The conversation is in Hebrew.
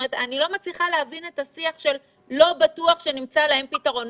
אני לא מצליחה להבין את השיח של לא בטוח שנמצא להם פתרון.